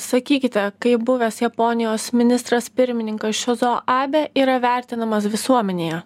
sakykite kaip buvęs japonijos ministras pirmininkas šizo abė yra vertinamas visuomenėje